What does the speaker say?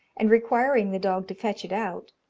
and requiring the dog to fetch it out,